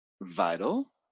vital